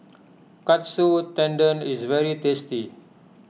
Katsu Tendon is very tasty